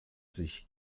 sich